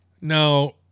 Now